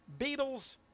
Beatles